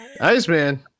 Iceman